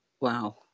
Wow